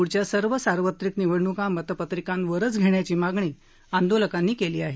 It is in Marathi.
पुढच्या सर्व सार्वत्रिक निवडणूका मतपत्रिकांवरच घेण्याची मागणी आंदोलकांनी केली आहे